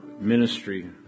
ministry